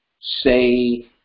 say